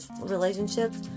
relationships